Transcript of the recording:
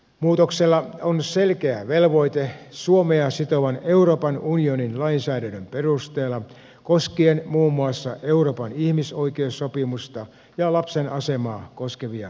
muutokseen on selkeä velvoite suomea sitovan euroopan unionin lainsäädännön perusteella koskien muun muassa euroopan ihmisoikeussopimusta ja lapsen asemaa koskevia sopimuksia